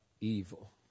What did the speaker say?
evil